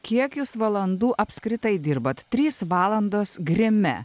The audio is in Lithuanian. kiek jūs valandų apskritai dirbat trys valandos grime